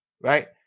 right